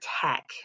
tech